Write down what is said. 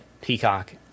Peacock